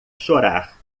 chorar